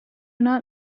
not